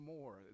more